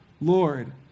Lord